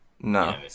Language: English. no